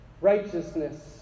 righteousness